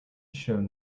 showed